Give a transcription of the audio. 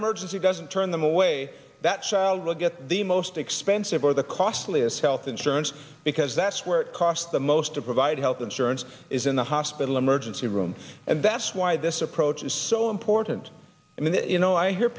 emergency doesn't turn them away that child will get the most expensive or the costliest health insurance because that's where it costs the most to provide health insurance is in the hospital emergency room and that's why this approach is so important and you know i hear